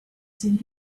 seemed